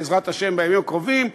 בעזרת השם בימים הקרובים,